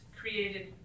created